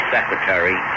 Secretary